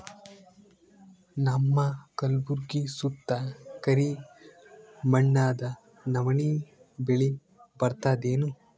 ನಮ್ಮ ಕಲ್ಬುರ್ಗಿ ಸುತ್ತ ಕರಿ ಮಣ್ಣದ ನವಣಿ ಬೇಳಿ ಬರ್ತದೇನು?